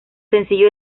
sencillo